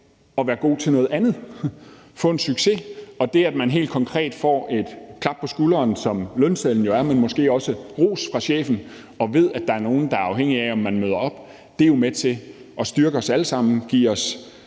at være god til noget andet og få en succes. Og det, at man helt konkret får et klap på skulderen, som lønsedlen jo er, men måske også får ros fra chefen, og det, at man ved, at der er nogle, der er afhængige af, at man møder op, er jo med til at styrke de unge –